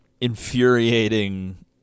infuriating